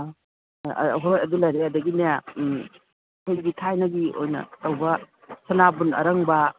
ꯍꯣꯏ ꯑꯗꯨ ꯂꯩꯔꯦ ꯑꯗꯒꯤꯅꯦ ꯑꯩꯈꯣꯏꯒꯤ ꯊꯥꯏꯅꯒꯤ ꯑꯣꯏꯅ ꯇꯧꯕ ꯁꯅꯥꯕꯨꯟ ꯑꯔꯪꯕ